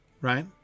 Right